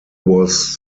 was